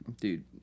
Dude